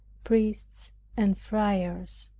priests and friars.